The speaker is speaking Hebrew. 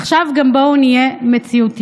עכשיו גם בואו נהיה מציאותיים.